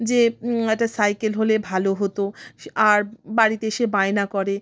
যে একটা সাইকেল হলে ভালো হতো আর বাড়িতে এসে বায়না করে